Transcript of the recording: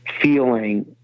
feeling